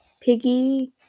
Piggy